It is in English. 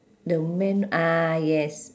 the men ah yes